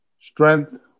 strength